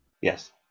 Yes